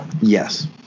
Yes